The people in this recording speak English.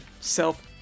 self